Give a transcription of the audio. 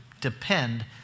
depend